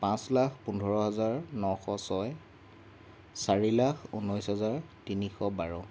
পাঁচ লাখ পোন্ধৰ হাজাৰ নশ ছয় চাৰি লাখ ঊনৈছ হাজাৰ তিনিশ বাৰ